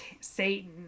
Satan